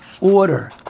order